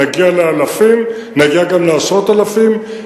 נגיע לאלפים, נגיע גם לעשרות אלפים.